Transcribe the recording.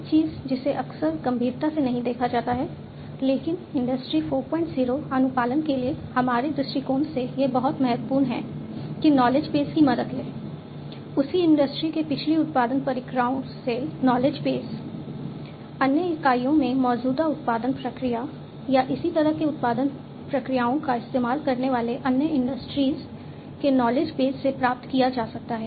एक चीज जिसे अक्सर गंभीरता से नहीं देखा जाता है लेकिन इंडस्ट्री 40 अनुपालन के लिए हमारे दृष्टिकोण से यह बहुत महत्वपूर्ण है कि नॉलेज बेस से प्राप्त किया जा सकता है